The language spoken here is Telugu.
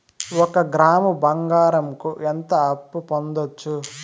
ఒక గ్రాము బంగారంకు ఎంత అప్పు పొందొచ్చు